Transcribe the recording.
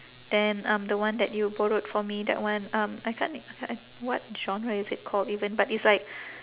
then um the one that you borrowed for me that one um I can't I what genre is it called even but it's like